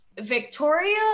Victoria